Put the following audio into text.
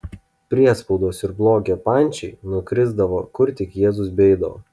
priespaudos ir blogio pančiai nukrisdavo kur tik jėzus beeidavo